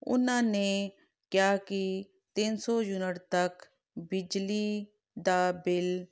ਉਹਨਾਂ ਨੇ ਕਿਹਾ ਕਿ ਤਿੰਨ ਸੌ ਯੂਨਿਟ ਤੱਕ ਬਿਜਲੀ ਦਾ ਬਿੱਲ